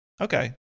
okay